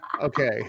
Okay